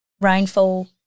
rainfall